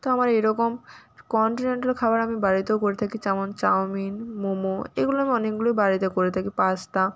তো আমার এরকম কন্টিনেন্টাল খাবার আমি বাড়িতেও করে থাকি যেমন চাওমিন মোমো এগুলো আমি অনেকগুলো বাড়িতে করে থাকি পাস্তা